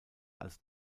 als